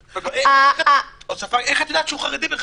איך את יודעת שהוא חרדי בכלל?